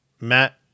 Matt